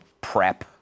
prep